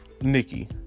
Nikki